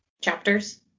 chapters